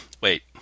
wait